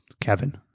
Kevin